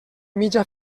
mitja